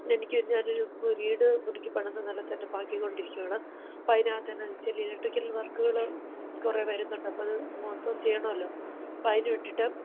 എനിക്ക് ഞാനൊരു വീട് പുതുക്കി പണിത് നല്ല സെറ്റപ്പാക്കി കൊണ്ടിരിക്കുവാണ് അപ്പോൾ അതിനകത്ത് തന്നെ ചില ഇലക്ട്രിക്കല് വർക്കുകൾ കുറേ വരുന്നുണ്ട് അപ്പോൾ അത് മൊത്തം ചെയ്യണമല്ലോ അപ്പോൾ അതിനു വേണ്ടിയിട്ട്